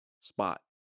spot